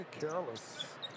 careless